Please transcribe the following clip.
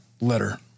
letter